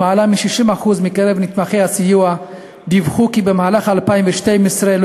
למעלה מ-60% מקרב נתמכי הסיוע דיווחו כי במהלך 2012 לא